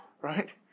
right